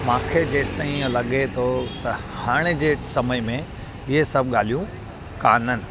मांखे जेसीं ताईं लॻे थो त हाणे जे समय में इहे सभु ॻाल्हियूं काननि